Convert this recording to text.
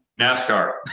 NASCAR